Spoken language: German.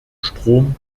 strom